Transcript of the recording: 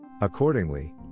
Accordingly